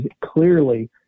clearly